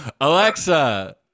Alexa